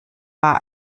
war